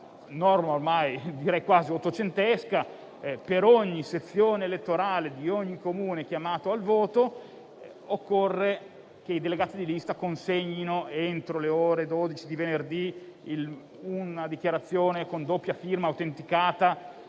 La norma è quasi ottocentesca. Per ogni sezione elettorale di ogni Comune chiamato al voto occorre che i delegati di lista consegnino entro le ore 12 del venerdì una dichiarazione con doppia firma autenticata